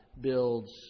builds